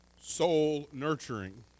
soul-nurturing